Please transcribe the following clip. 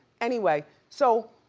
anyway, so